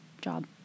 job